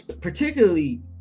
particularly